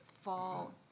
fall